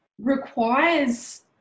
requires